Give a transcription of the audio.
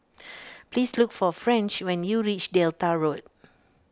please look for French when you reach Delta Road